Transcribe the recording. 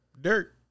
dirt